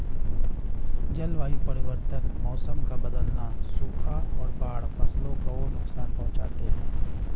जलवायु परिवर्तन में मौसम का बदलना, सूखा और बाढ़ फसलों को नुकसान पहुँचाते है